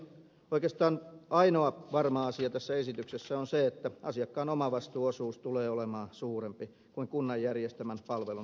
oikeastaan ainoa varma asia tässä esityksessä on se että asiakkaan omavastuuosuus tulee olemaan suurempi kuin kunnan järjestämän palvelun asiakasmaksu